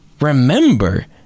remember